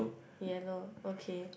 yellow okay